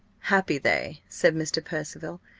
happy they, said mr. percival,